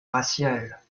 raciale